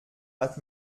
hat